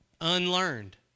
Unlearned